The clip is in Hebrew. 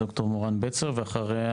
ד"ר מורן בצר, בבקשה.